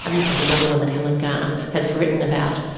um this is another one that helen garner has written about.